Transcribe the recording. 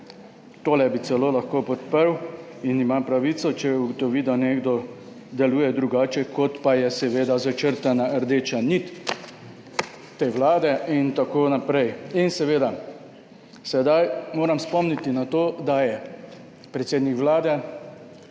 Tole bi celo lahko podprl in ima pravico, če ugotovi, da nekdo deluje drugače, kot pa je seveda začrtana rdeča nit te Vlade in tako naprej. Sedaj moram spomniti na to, da je predsednik Vlade